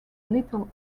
little